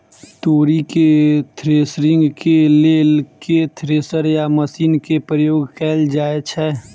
तोरी केँ थ्रेसरिंग केँ लेल केँ थ्रेसर या मशीन केँ प्रयोग कैल जाएँ छैय?